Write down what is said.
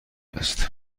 است